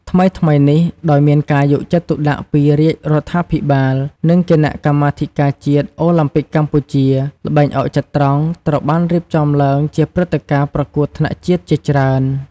ថ្មីៗនេះ ដោយមានការយកចិត្តទុកដាក់ពីរាជរដ្ឋាភិបាល និងគណៈកម្មាធិការជាតិអូឡាំពិកកម្ពុជា ល្បែងអុកចត្រង្គត្រូវបានរៀបចំឡើងជាព្រឹត្តិការណ៍ប្រកួតថ្នាក់ជាតិជាច្រើន។